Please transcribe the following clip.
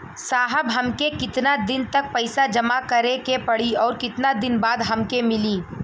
साहब हमके कितना दिन तक पैसा जमा करे के पड़ी और कितना दिन बाद हमके मिली?